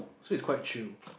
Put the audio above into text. so it's quite chill